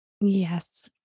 Yes